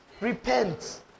Repent